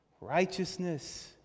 Righteousness